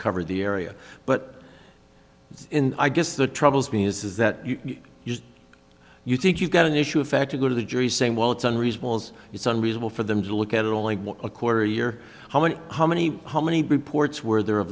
covered the area but i guess the troubles me is that you used you think you've got an issue of fact you go to the jury saying well it's unreasonable as it's unreasonable for them to look at it only a quarter a year how many how many how many reports were there